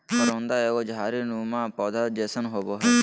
करोंदा एगो झाड़ी नुमा पौधा जैसन होबो हइ